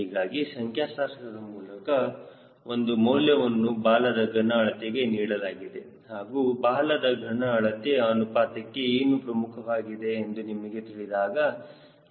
ಹೀಗಾಗಿ ಸಂಖ್ಯಾಶಾಸ್ತ್ರದ ಮೂಲಕ ಒಂದು ಮೌಲ್ಯವನ್ನು ಬಾಲದ ಘನ ಅಳತೆಗೆ ನೀಡಲಾಗಿದೆ ಹಾಗೂ ಬಾಲದ ಘನ ಅಳತೆ ಅನುಪಾತಕ್ಕೆ ಏನು ಪ್ರಮುಖವಾಗಿದೆ ಎಂದು ನಿಮಗೆ ತಿಳಿದಿದೆ